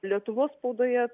lietuvos spaudoje